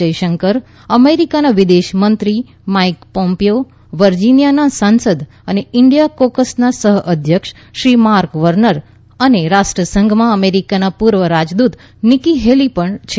જયશંકર અમેરિકના વિદેશ મંત્રી માઇક પોમ્પીયો વર્જિનિયાના સાંસદ અને ઈન્ડિયા કોકસના સહ અધ્યક્ષ શ્રી માર્ક વર્નર રાષ્ટ્રસંઘમાં અમેરિકાના પૂર્વ રાજદૂત નિક્કી હેલી પણ છે